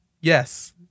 Yes